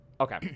Okay